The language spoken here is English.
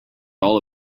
all